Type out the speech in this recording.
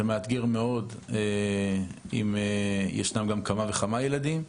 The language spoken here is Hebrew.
זה מאתגר מאוד אם יש כמה וכמה ילדים.